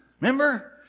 Remember